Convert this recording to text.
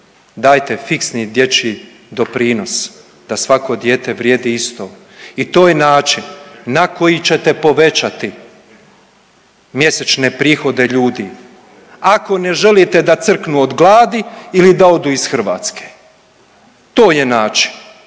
dajte fiksni dječji doprinos da svako dijete vrijedi isto i to je način na koji ćete povećati mjesečne prihode ljudi ako ne želite da crknu od gladi ili da odu iz Hrvatske, to je način,